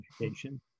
education